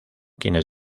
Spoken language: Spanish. quienes